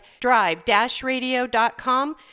drive-radio.com